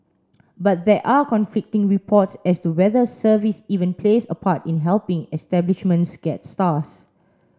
but there are conflicting reports as to whether service even plays a part in helping establishments get stars